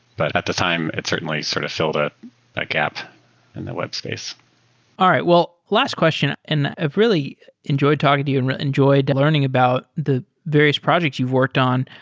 but at the time, it's certainly sort of filled a ah gap in the web space all right. well, last question, and i've really enjoyed talking to you and enjoyed learning about the various projects you've worked on.